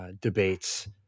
debates